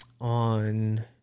on